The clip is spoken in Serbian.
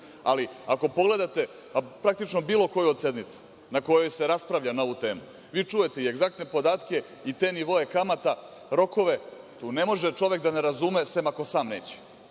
itd. Ako pogledate bilo koju od sednica na kojoj se raspravlja na ovu temu, vi čujete i egzaktne podatke i te nivoe kamata, rokove, itd. Tu ne može čovek da ne razume, sem ako sam neće.